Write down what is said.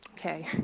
Okay